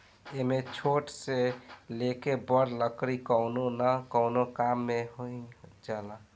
एमे छोट से लेके बड़ लकड़ी कवनो न कवनो काम मे ही जाला